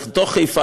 בתוך חיפה,